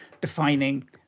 defining